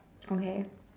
okay